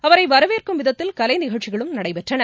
அவரவரவேற்கும் விதத்தில் கலைநிகழ்ச்சிகளும் நடைபெற்றன